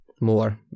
more